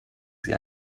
sie